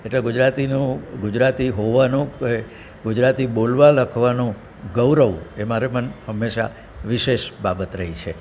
એટલે ગુજરાતીનું ગુજરાતી હોવાનું કે ગુજરાતી બોલવા લખવાનો ગૌરવ એ મારે મન હંમેશાં વિશેષ બાબત રહી છે